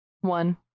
one